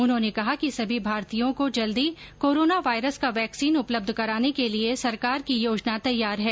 उन्होंने कहा कि सभी भारतीयों को जल्दी कोरोना वायरस का वैक्सीन उपलब्ध कराने के लिए सरकार की योजना तैयार है